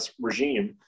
regime